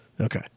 Okay